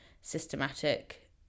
systematic